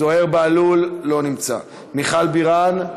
זוהיר בהלול, לא נמצא, מיכל בירן,